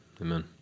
Amen